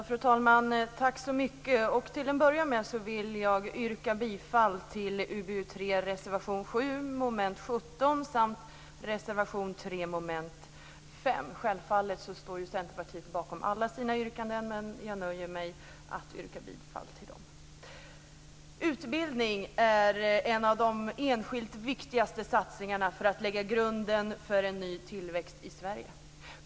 Fru talman! Till att börja med yrkar jag bifall till reservation 7 under mom. 17 och till reservation 3 Självfallet står vi i Centerpartiet bakom alla våra yrkanden men jag nöjer mig med att yrka bifall till de reservationer som jag nämnt. Utbildning är en av de enskilt viktigaste satsningarna för att lägga grunden för en ny tillväxt i Sverige.